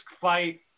fight